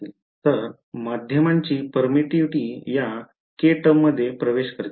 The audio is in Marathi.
तर माध्यमांची permittivity या k टर्ममध्ये प्रवेश करते